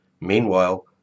Meanwhile